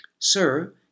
Sir